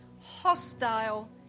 hostile